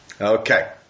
okay